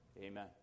Amen